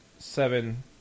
Seven